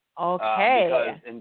Okay